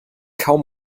kaum